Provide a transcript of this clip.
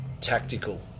tactical